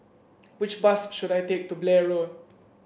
which bus should I take to Blair Road